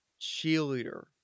cheerleader